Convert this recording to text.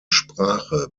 sprache